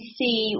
see